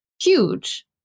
huge